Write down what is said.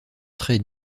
trait